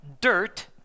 dirt